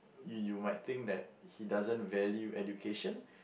you you might think that he doesn't value education